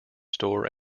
store